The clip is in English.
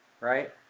right